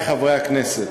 הכנסת,